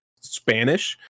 Spanish